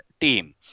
team